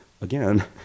again